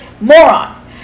moron